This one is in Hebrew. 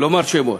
לומר שמות.